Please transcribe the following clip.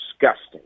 disgusting